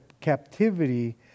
captivity